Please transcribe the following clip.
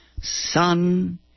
son